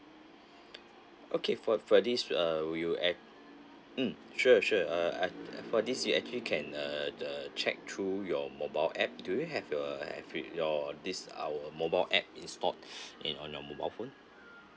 okay for for this uh we will act~ mm sure sure uh for this we actually can uh the check through your mobile app do you have your have it your this our mobile app installed in on your mobile phone